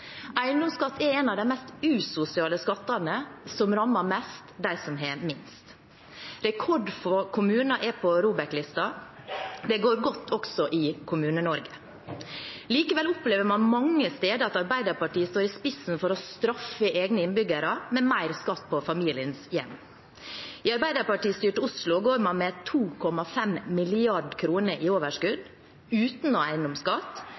Eiendomsskatt er en av de mest usosiale skattene, som rammer mest dem som har minst. Rekordfå kommuner er på ROBEK-listen. Det går godt også i Kommune-Norge. Likevel opplever man mange steder at Arbeiderpartiet står i spissen for å straffe egne innbyggere med mer skatt på familiens hjem. I Arbeiderparti-styrte Oslo går man med 2,5 mrd. kr i overskudd. Uten å ha eiendomsskatt